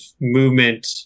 movement